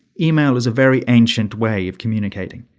email is a very ancient way of communicating,